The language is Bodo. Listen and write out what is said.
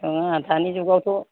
नङा दानि जुगावथ'